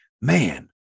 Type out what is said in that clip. man